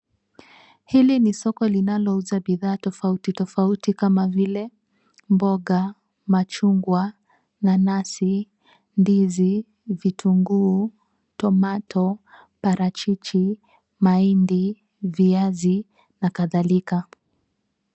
Hili ni soko linalo uza bidhaa tofauti tofauti kama vile mboga, machungwa, nanasi, ndizi, vitunguu, tomato ,parachichi, mahindi, viazi na kadhalika.